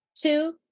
Two